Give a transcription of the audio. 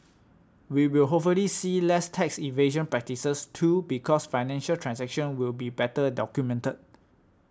we will hopefully see less tax evasion practices too because financial transactions will be better documented